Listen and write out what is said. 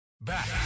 back